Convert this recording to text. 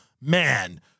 man